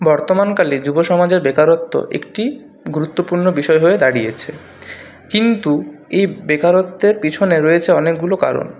বর্তমান কালে যুবসমাজের বেকারত্ব একটি গুরুত্বপূর্ণ বিষয় হয়ে দাঁড়িয়েছে কিন্তু এই বেকারত্বের পেছনে রয়েছে অনেকগুলো কারণ